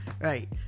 Right